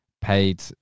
paid